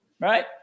Right